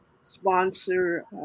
sponsor